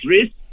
risk